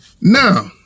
Now